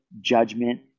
judgment